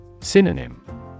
Synonym